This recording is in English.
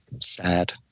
sad